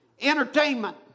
entertainment